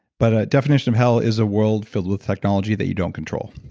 but a definition of hell is a world filled with technology that you don't control